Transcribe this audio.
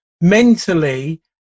mentally